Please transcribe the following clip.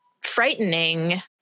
frightening